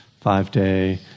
five-day